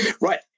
Right